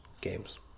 games